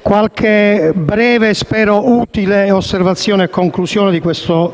qualche breve e spero utile osservazione a conclusione di questo